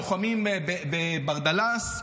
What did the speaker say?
לוחמים בברדלס,